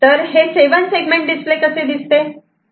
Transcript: तर हे 7 segment display कसे दिसते